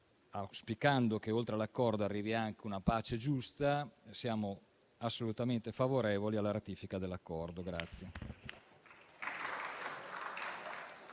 auspicando che oltre all'Accordo arrivi anche una pace giusta, siamo assolutamente favorevoli alla ratifica dell'Accordo al